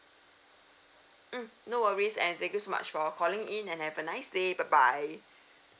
mm no worries and thank you so much for calling in and have a nice day bye bye